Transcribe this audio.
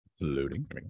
loading